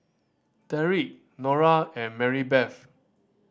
Derick Norah and Marybeth